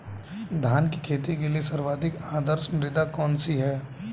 धान की खेती के लिए सर्वाधिक आदर्श मृदा कौन सी है?